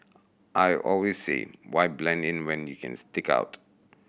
i always say why blend in when you can stick out